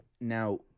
Now